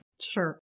Sure